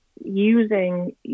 using